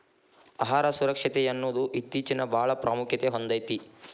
ಆಹಾರ ಸುರಕ್ಷತೆಯನ್ನುದು ಇತ್ತೇಚಿನಬಾಳ ಪ್ರಾಮುಖ್ಯತೆ ಹೊಂದೈತಿ